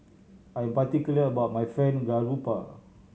I am particular about my Fried Garoupa